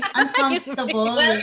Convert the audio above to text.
uncomfortable